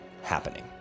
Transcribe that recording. happening